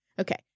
okay